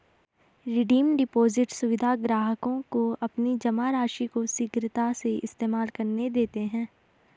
redeem deposit सुविधा ग्राहकों को अपनी जमा राशि को शीघ्रता से इस्तेमाल करने देते है